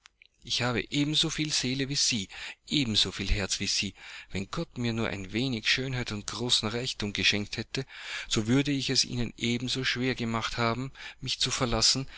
ich habe ebensoviel seele wie sie ebensoviel herz wie sie wenn gott mir nur ein wenig schönheit und großen reichtum geschenkt hätte so würde ich es ihnen ebenso schwer gemacht haben mich zu verlassen